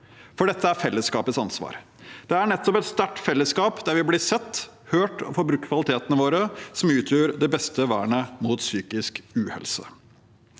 For dette er fellesskapets ansvar. Det er nettopp et sterkt fellesskap, der vi blir sett og hørt og får brukt kvalitetene våre, som utgjør det beste vernet mot psykisk uhelse.